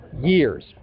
years